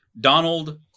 Donald